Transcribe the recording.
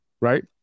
right